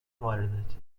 وارداتی